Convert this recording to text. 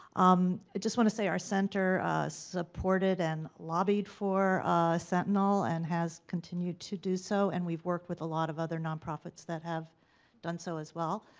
um just wanna say our center supported and lobbied for sentinel and has continued to do so and we've worked with a lot of other non-profits that have done so as well.